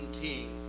team